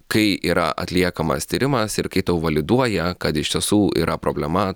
kai yra atliekamas tyrimas ir kai tau validuoja kad iš tiesų yra problema